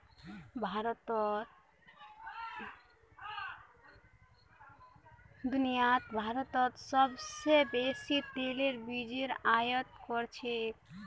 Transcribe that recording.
दुनियात भारतत सोबसे बेसी तेलेर बीजेर आयत कर छेक